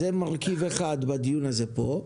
זה מרכיב אחד בדיון הזה פה.